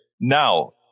Now